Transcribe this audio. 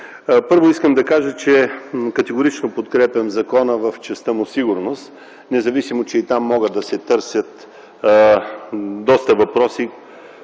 Първо, искам да кажа, че категорично подкрепям закона в частта му „сигурност”, независимо че и там могат да се търсят доста въпроси